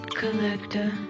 collector